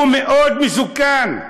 הוא מאוד מסוכן.